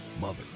Mother